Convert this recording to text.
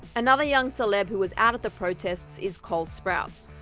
another young celeb who was out at the protests is cole sprouse.